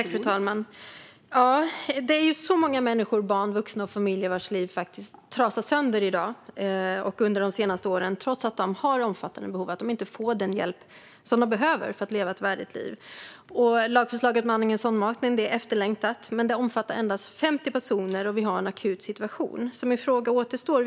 Fru talman! Det är så många människor, barn, vuxna och familjer, vilkas liv trasats sönder under de senaste åren och i dag. Trots att de har omfattande behov får de inte den hjälp som de behöver för att leva ett värdigt liv. Lagförslaget om sondmatning är efterlängtat. Men det omfattar endast 50 personer. Vi har en akut situation. Min fråga återstår.